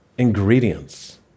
ingredients